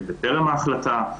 בטרם ההחלטה,